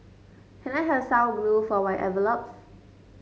can I have some glue for my envelopes